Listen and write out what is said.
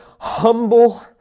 humble